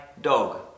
dog